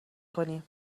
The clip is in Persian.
کنیم